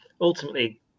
Ultimately